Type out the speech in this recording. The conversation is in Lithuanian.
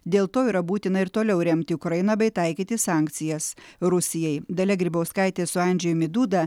dėl to yra būtina ir toliau remti ukrainą bei taikyti sankcijas rusijai dalia grybauskaitė su andžejumi duda